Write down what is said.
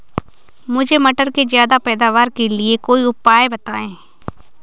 मुझे मटर के ज्यादा पैदावार के लिए कोई उपाय बताए?